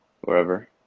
wherever